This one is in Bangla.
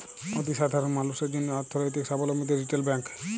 অতি সাধারল মালুসের জ্যনহে অথ্থলৈতিক সাবলম্বীদের রিটেল ব্যাংক